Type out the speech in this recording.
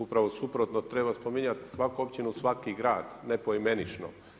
Upravo suprotno, treba spominjati svaku općinu, svaki grad ne poimenično.